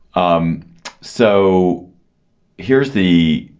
um so here's the